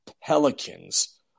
Pelicans